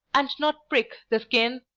and not prick the skin,